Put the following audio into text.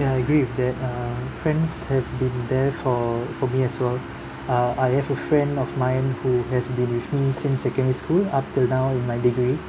ya I agree with that err friends have been there for for me as well uh I have a friend of mine who has been with me since secondary school up till now in my degree